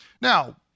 now